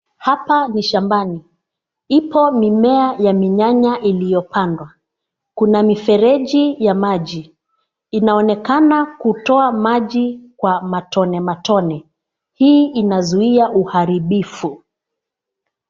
Hapa ni shambani. Ipo mimea ya minyanya iliyopandwa. Kuna mifereji ya maji. Inaonekana kutoa maji kwa matonematone. Hii inazuia uharibifu.